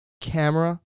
camera